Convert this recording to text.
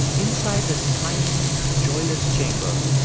inside this tiny, joyless chamber,